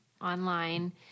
online